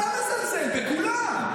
אתה מזלזל, בכולם.